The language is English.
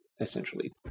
essentially